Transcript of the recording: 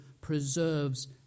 preserves